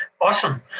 Awesome